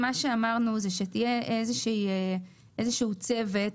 מה שאמרנו הוא שיהיה איזשהו צוות,